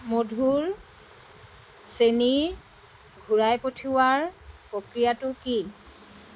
মধুৰ চেনিৰ ঘূৰাই পঠিওৱাৰ প্ৰক্ৰিয়াটো কি